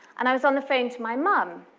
and i was on the phone to my mom.